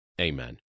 Amen